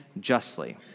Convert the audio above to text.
justly